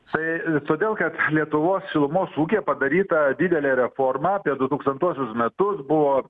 tai todėl kad lietuvos šilumos ūkyje padaryta didelė reforma apie du tūkstantuosius metus buvo